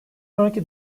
sonraki